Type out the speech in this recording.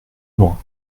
loin